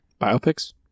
Biopics